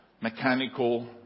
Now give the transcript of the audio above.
mechanical